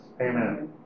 Amen